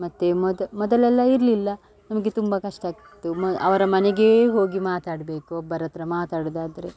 ಮತ್ತು ಮೊದಲೆಲ್ಲ ಇರಲಿಲ್ಲ ನಮಗೆ ತುಂಬ ಕಷ್ಟಾಗ್ತಿತ್ತು ಮ ಅವರ ಮನೆಗೇ ಹೋಗಿ ಮಾತಾಡಬೇಕು ಒಬ್ಬರತ್ತಿರ ಮಾತಾಡುವುದಾದ್ರೆ